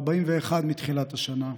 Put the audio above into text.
ה-41 מתחילת השנה.